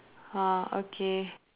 ah okay